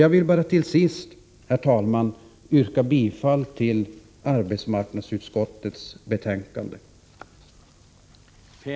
Jag vill till sist, herr talman, yrka bifall till arbetsmarknadsutskottets hemställan i betänkande 7.